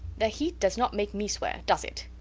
the heat does not make me swear does it?